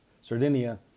sardinia